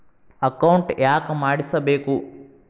Account ಯಾಕ್ ಮಾಡಿಸಬೇಕು?